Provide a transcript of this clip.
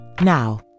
Now